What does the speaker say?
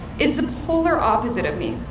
is the polar opposite of me.